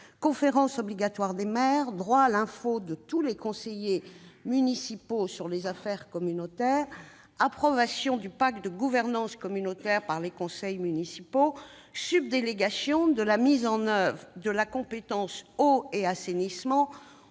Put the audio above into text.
conférence obligatoire des maires, au droit à l'information de tous les conseillers municipaux sur les affaires communautaires, à l'approbation du pacte de gouvernance communautaire par les conseils municipaux, à la subdélégation de la mise en oeuvre des compétences « eau et assainissement